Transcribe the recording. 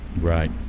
Right